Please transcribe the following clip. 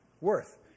worth